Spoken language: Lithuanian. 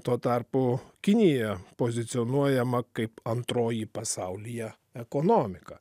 tuo tarpu kinija pozicionuojama kaip antroji pasaulyje ekonomika